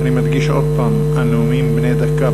אני מדגיש עוד פעם: הנאומים בני דקה.